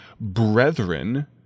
brethren